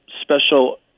special